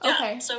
Okay